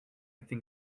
think